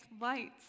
lights